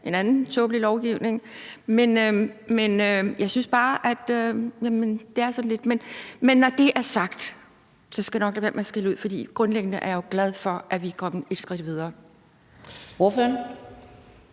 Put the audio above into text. en anden tåbelig lovgivning. Jeg synes bare, at det er sådan lidt, altså, men når det er sagt, skal jeg nok lade være med at skælde ud, for grundlæggende er jeg jo glad for, at vi er kommet et skridt videre.